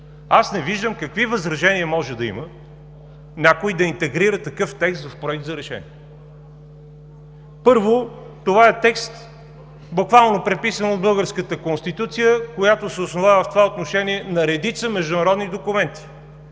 Не виждам какви възражения може да има някой, за да се интегрира такъв текст в Проекта за решение. Първо, това е текст, буквално преписан от българската Конституция, която се основава в това отношение на редица международни документи.